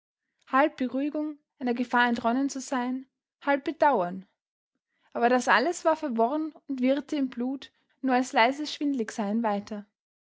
halb beruhigung einer gefahr entronnen zu sein halb bedauern aber das alles war verworren und wirrte im blut nur als leises schwindligsein weiter